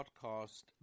podcast